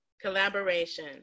Collaboration